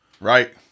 right